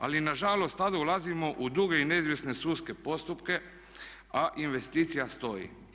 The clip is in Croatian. Ali na žalost tada ulazimo u duge i neizvjesne sudske postupke, a investicija stoji.